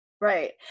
Right